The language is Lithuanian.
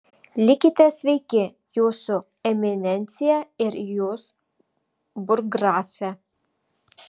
likite sveiki jūsų eminencija ir jūs burggrafe